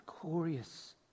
glorious